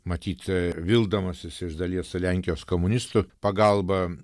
matyt a vildamasis iš dalies su lenkijos komunistų pagalba